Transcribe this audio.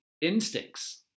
instincts